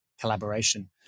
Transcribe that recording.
Collaboration